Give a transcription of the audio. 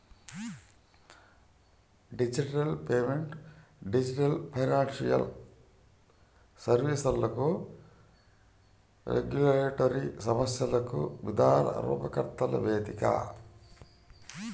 digital payment digital financial సర్వీస్లకు regulatory సమస్యలను విధాన రూపకర్తల వేదిక